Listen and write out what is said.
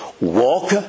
walk